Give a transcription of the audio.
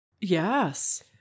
Yes